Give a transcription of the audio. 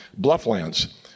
Blufflands